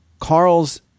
Carl's